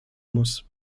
muss